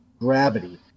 gravity